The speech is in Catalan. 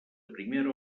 primera